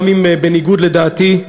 גם אם בניגוד לדעתי,